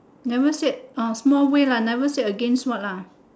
never said orh small way lah never said against what lah